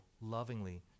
lovingly